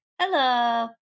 Hello